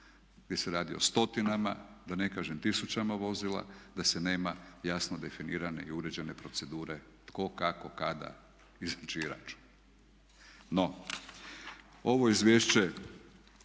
gdje se radi o stotinama, da ne kažem tisućama vozila, da se nema jasno definirane i uređene procedure tko, kako, kada i za čiji račun. No, ovo izvješće